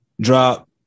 Drop